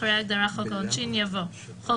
אחרי ההגדרה "חוק העונשין" יבוא: ""חוק